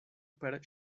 per